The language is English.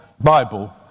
Bible